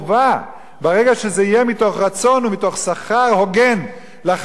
ברגע שזה יהיה מתוך רצון ומתוך שכר הוגן לחייל שמשרת,